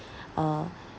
uh